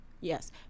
Yes